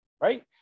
right